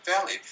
Valley